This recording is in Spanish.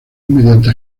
mediante